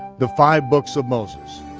the five books of moses.